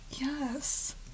Yes